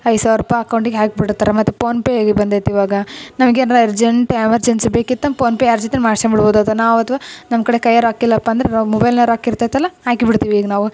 ಐದು ಸಾವಿರ ರೂಪಾಯಿ ಅಕೌಂಟಿಗೆ ಹಾಕ್ಬಿಡ್ತಾರೆ ಮತ್ತೆ ಪೋನ್ಪೇ ಆಗಿ ಬಂದೈತೆ ಇವಾಗ ನಮ್ಗೆ ಏನರ ಅರ್ಜೆಂಟ್ ಎಮರ್ಜನ್ಸಿ ಬೇಕಿತ್ತು ಪೋನ್ಪೇ ಯಾರು ಜೊತೆನ ಮಾಡ್ಸ್ಯಂಬಿಡ್ಬೋದು ಅಥವಾ ನಾವು ಅಥವಾ ನಮ್ಮ ಕಡೆ ಕೈಯಾಗೆ ರೊಕ್ಕ ಇಲ್ಲಪ್ಪ ಅಂದ್ರೆ ರೊ ಮೊಬೈಲ್ನಾಗೆ ರೊಕ್ಕ ಇರ್ತೈತಲ್ಲ ಹಾಕಿ ಬಿಡ್ತೀವಿ ಈಗ ನಾವು